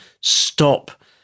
stop